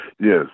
yes